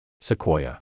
Sequoia